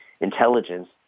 intelligence